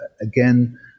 again